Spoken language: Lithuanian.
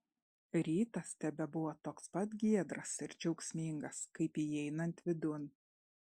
rytas tebebuvo toks pat giedras ir džiaugsmingas kaip įeinant vidun